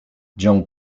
john